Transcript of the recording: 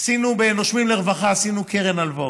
עשינו, ב"נושמים לרווחה" עשינו קרן הלוואות.